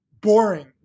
boring